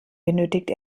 benötigt